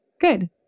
Good